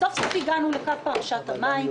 סוף-סוף הגענו לקו פרשת המים,